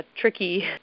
tricky